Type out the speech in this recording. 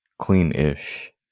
clean-ish